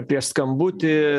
prieš skambutį